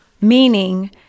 Meaning